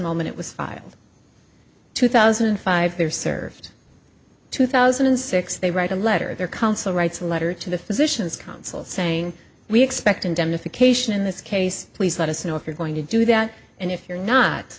moment it was filed two thousand and five there served two thousand and six they write a letter their counsel writes a letter to the physician's counsel saying we expect indemnification in this case please let us know if you're going to do that and if you're not